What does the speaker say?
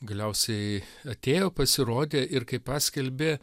galiausiai atėjo pasirodė ir kai paskelbė